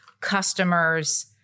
customers